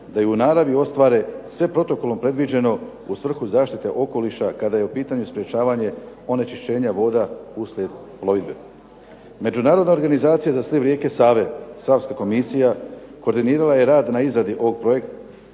da i u naravi ostvare sve protokolom predviđeno u svrhu zaštite okoliša kada je u pitanju sprečavanje onečišćenja vode uslijed plovidbe. Međunarodna organizacija za sliv rijeke Save, Savska komisija, koordinirala je rad na izradi ovog protokola